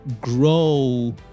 grow